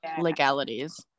legalities